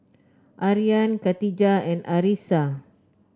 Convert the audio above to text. Aryan Katijah and Arissa